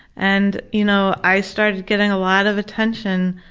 and you know i started getting a lot of attention,